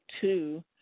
two